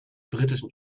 britischen